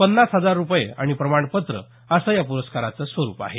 पन्नास हजार रुपये आणि प्रमाणपत्र असं या प्रस्काराचं स्वरुप आहे